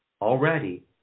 already